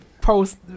Post